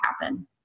happen